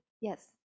Yes